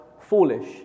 foolish